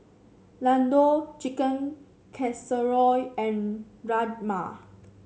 Ladoo Chicken Casserole and Rajma